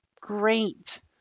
Great